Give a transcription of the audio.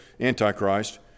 antichrist